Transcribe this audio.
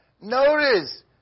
notice